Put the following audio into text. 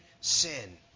sin